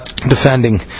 Defending